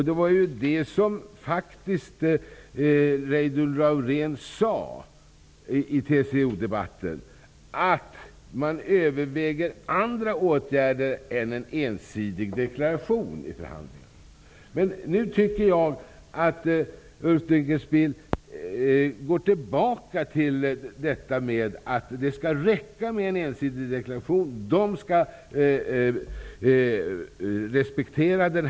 Det var det som Reidunn Laurén sade i TCO-debatten, att man överväger andra åtgärder än en ensidig deklaration i förhandlingarna. Nu tycker jag att Ulf Dinkelspiel går tillbaka till detta att det skall räcka med en ensidig deklaration. De andra skall respektera den.